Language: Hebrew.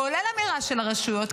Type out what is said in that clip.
כולל אמירה של הרשויות,